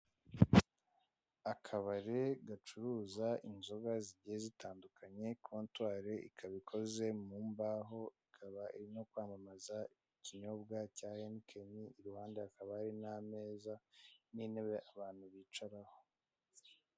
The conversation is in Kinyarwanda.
Akabari gacuruza inzoga zigiye zitandukanye kontwari ikaba ikozwe mu mbaho, ikaba iri kwamamaza ikinyobwa cya henikeni iruhande hakaba hari n'ameza n'intebe abantu bicaraho.